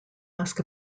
ask